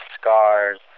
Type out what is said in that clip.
scars